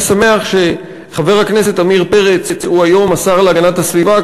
אני שמח שחבר הכנסת עמיר פרץ הוא היום השר להגנת הסביבה,